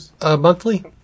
monthly